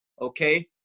Okay